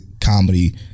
comedy